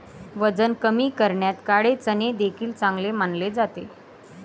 वजन कमी करण्यात काळे चणे देखील चांगले मानले जाते